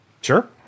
Sure